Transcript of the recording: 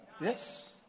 Yes